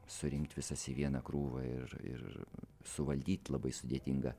surinkti visas į vieną krūvą ir ir suvaldyt labai sudėtinga